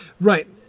Right